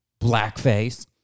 Blackface